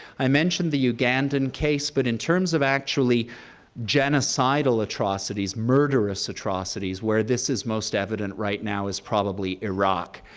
i mentioned the ugandan case, but in terms of actually genocidal atrocities, murderous atrocities where this is most evident right now is probably iraq,